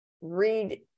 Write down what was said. read